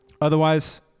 Otherwise